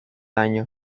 año